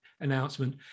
announcement